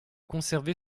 conservé